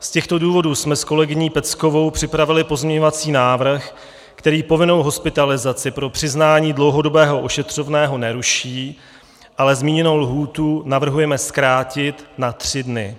Z těchto důvodů jsme s kolegyní Peckovou připravili pozměňovací návrh, který povinnou hospitalizaci pro přiznání dlouhodobého ošetřovného neruší, ale zmíněnou lhůtu navrhujeme zkrátit na tři dny.